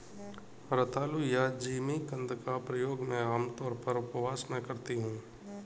रतालू या जिमीकंद का प्रयोग मैं आमतौर पर उपवास में करती हूँ